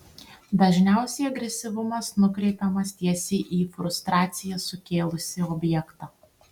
dažniausiai agresyvumas nukreipiamas tiesiai į frustraciją sukėlusį objektą